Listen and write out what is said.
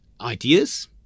ideas